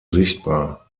sichtbar